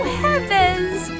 heavens